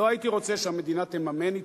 לא הייתי רוצה שהמדינה תממן עיתונים.